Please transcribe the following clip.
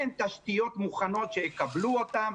אין תשתיות מוכנות שיקבלו אותם,